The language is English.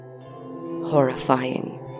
Horrifying